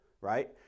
right